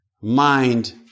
mind